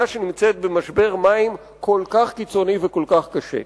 שנמצאת במשבר מים כל כך קיצוני וכל כך קשה.